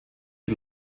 die